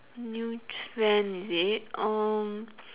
new trend is it um